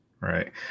Right